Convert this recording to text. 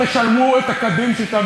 הוא